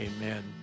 Amen